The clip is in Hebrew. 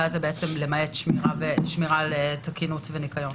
למעט שמירה על תקינותו וניקיונו".